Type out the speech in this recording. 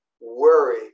worry